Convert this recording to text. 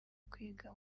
kwiga